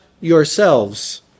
yourselves